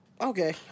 Okay